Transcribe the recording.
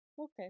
Okay